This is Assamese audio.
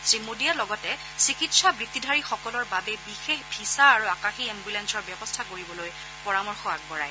শ্ৰীমোদীয়ে লগতে চিকিৎসা বৃত্তিধাৰীসকলৰ বাবে বিশেষ ভিছা আৰু আকাশী এন্বুলেঞ্চৰ ব্যৱস্থা কৰিবলৈ পৰামৰ্শ আগবঢ়ায়